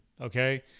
okay